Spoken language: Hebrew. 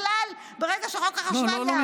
בכלל, ברגע שחוק החשמל יעבור, לא, לא.